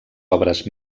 obres